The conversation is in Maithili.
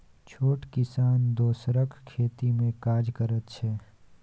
छोट किसान दोसरक खेत मे काज करैत छै